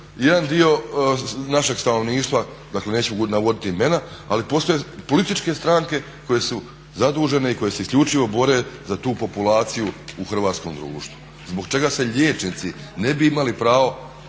jedan dio našeg stanovništva, dakle neću navoditi imena, ali postoje političke stranke koje su zadužene i koje se isključivo bore za tu populaciju u hrvatskom društvu. Zbog čega se liječnici ne bi imali pravo